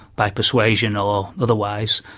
by persuasion or otherwise,